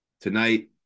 Tonight